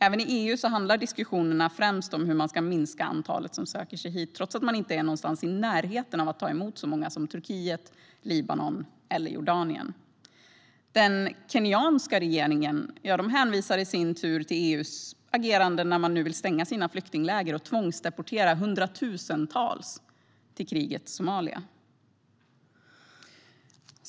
Även i EU handlar diskussionerna främst om hur man ska minska antalet som söker sig hit trots att man inte är i närheten av att ta emot så många som Turkiet, Libanon eller Jordanien. Den kenyanska regeringen hänvisar i sin tur till EU:s agerande när Kenya nu vill stänga sina flyktingläger och tvångsdeportera hundratusentals till krigets Somalia.